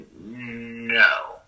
no